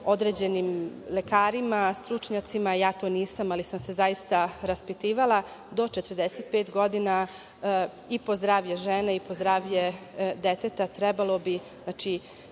određenim lekarima, stručnjacima, ja to nisam, ali sam se zaista raspitivala, do 45 godina, i po zdravlje žene, i po zdravlje deteta trebalo bi ženama